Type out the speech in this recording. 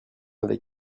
avec